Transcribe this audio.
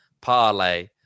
parlay